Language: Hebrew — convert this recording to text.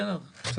בסדר?